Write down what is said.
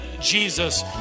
jesus